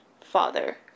father